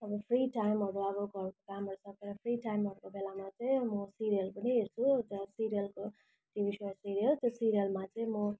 अब free time अब घरको काम सकेर फ्री टाइम भएको बेलामा चाहिँ म सिरियल पनि हेर्छु अन्त सिरियलको सिरियल त्यो सिरियलमा चाहिँ म